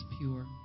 pure